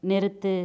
நிறுத்து